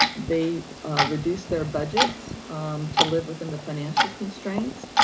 they reduce their budgets to live within the financial constraints,